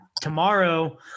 tomorrow